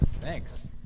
Thanks